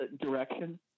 direction